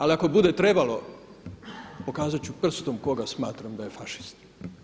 Ali ako bude trebalo pokazat ću prstom koga smatram da je fašist.